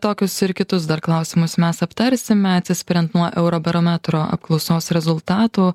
tokius ir kitus dar klausimus mes aptarsime atsispiriant nuo eurobarometro apklausos rezultatų